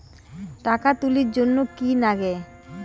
টাকা তুলির জন্যে কি লাগে?